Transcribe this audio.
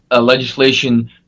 legislation